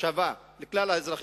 שווה לכלל האזרחים.